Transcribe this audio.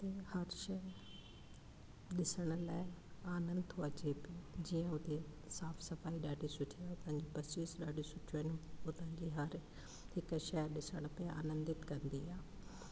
उते हर शै डिसण लाए आनंद थो अचे पियो जीअं हुते साफ़ सफ़ाई ॾाढी सुठियूं आहिनि उतां जूं बसिस ॾाढियूं उतां जी हर हिकु शइ ॾिसण ते आनंदित कंदी आहे